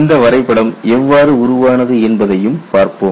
இந்த வரைபடம் எவ்வாறு உருவானது என்பதையும் பார்ப்போம்